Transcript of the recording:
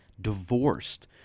divorced